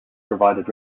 provided